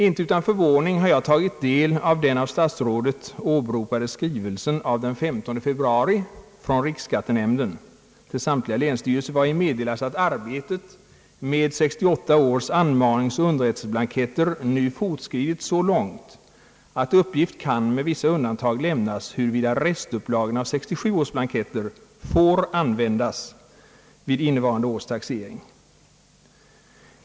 Inte utan förvåning har jag tagit del av den av statsrådet åberopade skrivelsen av den 15 februari från riksskattenämnden till samtliga länsstyrelser, vari meddelas att arbetet med 1968 års anmaningsoch underrättelseblanketter nu fortskridit så långt, att uppgift kan med vissa undantag lämnas huruvida restupplagorna av 1967 års blanketter får användas vid innevarande års taxering.